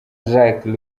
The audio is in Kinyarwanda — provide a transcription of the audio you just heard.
jacques